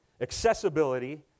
accessibility